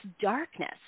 darkness